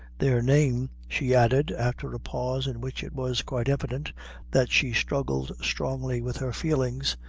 their name, she added, after a pause in which it was quite evident that she struggled strongly with her feelings,